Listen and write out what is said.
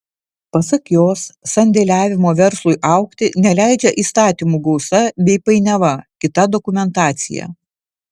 pasak jos sandėliavimo verslui augti neleidžia įstatymų gausa bei painiava kita dokumentacija